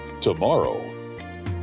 tomorrow